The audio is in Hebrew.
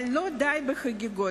אבל לא די בחגיגות.